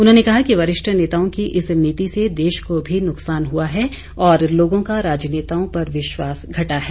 उन्होंने कहा कि वरिष्ठ नेताओं की इस नीति से देश को भी नुकसान हुआ है और लोगों का राजनेताओं पर विश्वास घटा है